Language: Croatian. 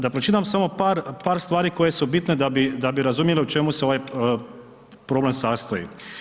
Da pročitam samo par stvari koje su bitne da bi razumjeli u čemu se ovaj problem sastoji.